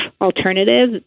alternative